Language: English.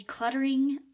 decluttering